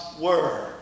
word